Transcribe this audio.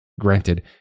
Granted